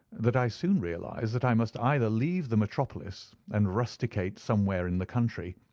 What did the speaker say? that i soon realized that i must either leave the metropolis and rusticate somewhere in the country,